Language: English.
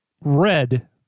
red